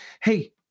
Hey